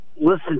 listen